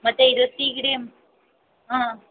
ಮತ್ತು ಇದು ಸಿಗಡಿ ಹಾಂ